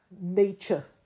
nature